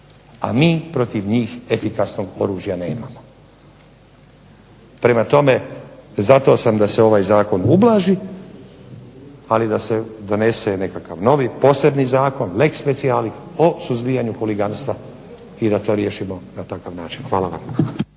a mi protiv njih efikasnog oružja nemamo. Prema tome za to sam da se ovaj zakon ublaži, ali da se donese nekakav novi, posebni zakon, leg specialis, o suzbijanju huliganstva i da to riješimo na takav način. Hvala vam.